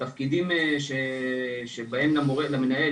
שבהם למנהל,